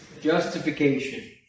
Justification